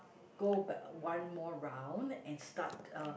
go back one more round and start a